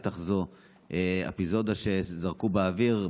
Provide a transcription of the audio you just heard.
בטח זו אפיזודה שזרקו באוויר,